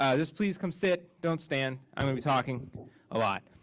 ah just please come sit. don't stand. i'm gonna be talking a lot.